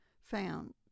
found